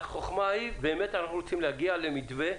והחוכמה, באמת אנחנו רוצים להגיע למתווה.